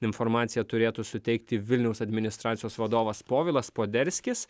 informaciją turėtų suteikti vilniaus administracijos vadovas povilas poderskis